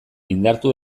indartu